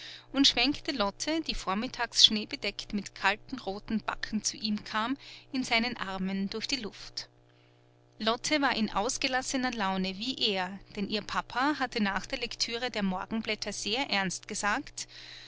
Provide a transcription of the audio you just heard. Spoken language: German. und schwenkte lotte die vormittags schneebedeckt mit kalten roten backen zu ihm kam in seinen armen durch die luft lotte war in ausgelassener laune wie er denn ihr papa hatte nach der lektüre der morgenblätter sehr ernst gesagt